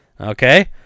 Okay